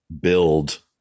build